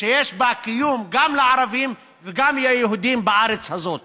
שיש בהם קיום גם לערבים וגם ליהודים בארץ הזאת,